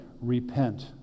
repent